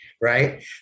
right